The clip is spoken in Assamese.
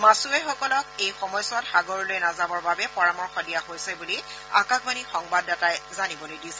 মাছুৱৈসকলক এই সময়ছোৱাত সাগৰলৈ নাযাবৰ বাবে পৰামৰ্শ দিয়া হৈছে বুলি আকাশবাণীৰ সংবাদদাতাই জানিবলৈ দিছে